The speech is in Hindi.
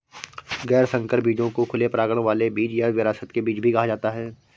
गैर संकर बीजों को खुले परागण वाले बीज या विरासत के बीज भी कहा जाता है